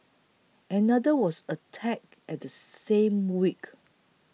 another was attacked at the same week